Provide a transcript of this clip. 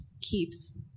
keeps